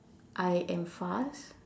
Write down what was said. I am fast